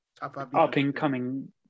up-and-coming –